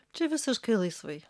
čia visiškai laisvai